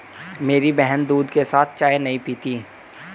मेरी बहन दूध के साथ चाय नहीं पीती